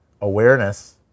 awareness